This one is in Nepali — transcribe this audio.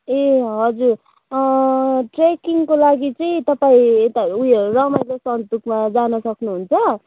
ए हजुर ट्रेकिङको लागि चाहिँ तपाईँ यता उयो रमाइलो सन्तुकमा जान सक्नुहुन्छ